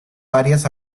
varias